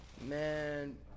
man